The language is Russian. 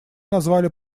назвали